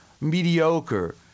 mediocre